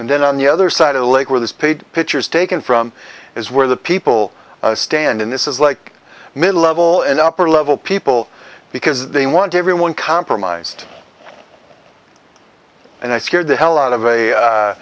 and then on the other side of the lake where these paid pictures taken from is where the people stand in this is like mid level and upper level people because they want everyone compromised and i scared the hell out of a